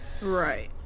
Right